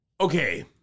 Okay